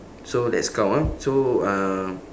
so that's count ah so um